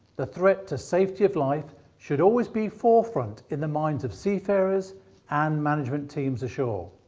the threat to safety of life should always be forefront in the minds of seafarers and management teams ashore.